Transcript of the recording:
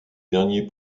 dernier